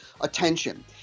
attention